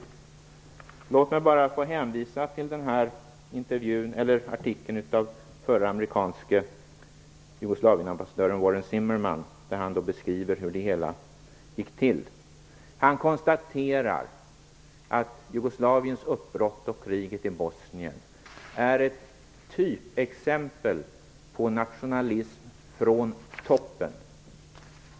Låt mig hänvisa till en artikel av den förre amerikanske Jugoslavienambassadören Warren Zimmermann. I den beskriver han hur det hela gick till. Han konstaterar att Jugoslaviens uppbrott och kriget i Bosnien är ett typexempel på nationalism från toppen.